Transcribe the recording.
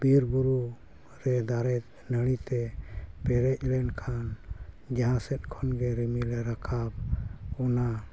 ᱵᱤᱨ ᱵᱩᱨᱩ ᱨᱮ ᱫᱟᱨᱮ ᱱᱟᱹᱲᱤ ᱛᱮ ᱯᱮᱨᱮᱡ ᱞᱮᱱᱠᱷᱟᱱ ᱡᱟᱦᱟᱸ ᱥᱮᱫ ᱠᱷᱟᱱᱜᱮ ᱨᱤᱢᱤᱞᱮ ᱨᱟᱠᱟᱵ ᱚᱱᱟ